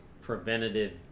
preventative